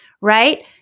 Right